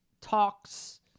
talks